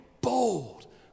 bold